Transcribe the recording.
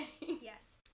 yes